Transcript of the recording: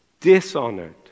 Dishonored